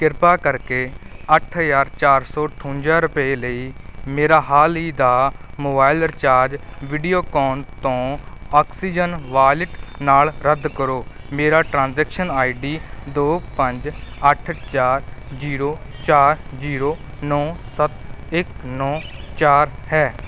ਕਿਰਪਾ ਕਰਕੇ ਅੱਠ ਹਜ਼ਾਰ ਚਾਰ ਸੌ ਅਠਵੰਜਾ ਰੁਪਏ ਲਈ ਮੇਰਾ ਹਾਲ ਹੀ ਦਾ ਮੋਬਾਈਲ ਰੀਚਾਰਜ ਵੀਡੀਓਕਾਨ ਤੋਂ ਆਕਸੀਜਨ ਵਾਲਿਟ ਨਾਲ ਰੱਦ ਕਰੋ ਮੇਰਾ ਟ੍ਰਾਂਜੈਕਸ਼ਨ ਆਈ ਡੀ ਦੋ ਪੰਜ ਅੱਠ ਚਾਰ ਜ਼ੀਰੋ ਚਾਰ ਜ਼ੀਰੋ ਨੌ ਸੱਤ ਇੱਕ ਨੌ ਚਾਰ ਹੈ